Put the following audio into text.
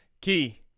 Key